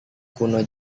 kuno